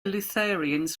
lutherans